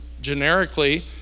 generically